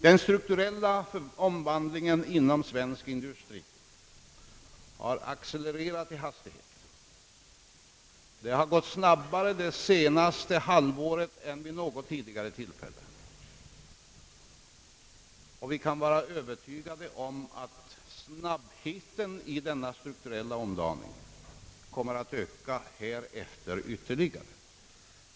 Den strukturella omvandlingen inom svensk industri har accelererat i hastighet. Den har gått snabbare under det senaste halvåret än under någon tidigare period. Vi kan vara övertygade om att takten i den strukturella omdaningen härefter kommer att öka ytterligare.